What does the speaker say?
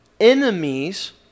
enemies